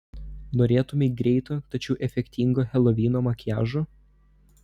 norėtumei greito tačiau efektingo helovino makiažo